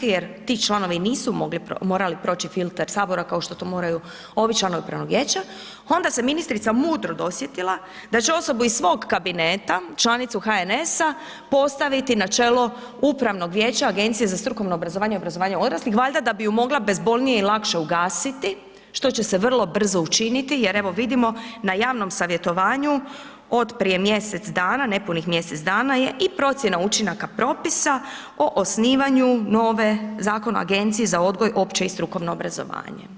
jer ti članovi nisu morali proći filter HS kao što to moraju ovi članovi upravnog vijeća, onda se ministrica mudro dosjetila da će osobu iz svog kabineta, članicu HNS-a postaviti na čelo upravnog vijeća Agencije za strukovno obrazovanje i obrazovanje odraslih valjda da bi ju mogla bezbolnije i lakše ugasiti, što će se vrlo brzo učiniti jer evo vidimo na javnom savjetovanju od prije mjesec dana, nepunih mjesec dana je i procjena učinaka propisa o osnivanju nove, Zakon o agenciji za odgoj, opće i strukovno obrazovanje.